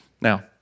Now